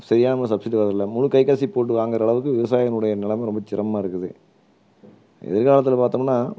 சரியான முறையில் சப்சிடி வரதில்லை முழு கை காசையும் போட்டு வாங்குகிற அளவுக்கு விவசாயினுடைய நிலைம ரொம்ப சிரமமாக இருக்குது எதிர்காலத்தில் பார்த்தோமுன்னா